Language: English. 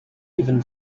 even